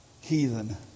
heathen